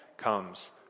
comes